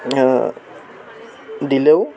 দিলেও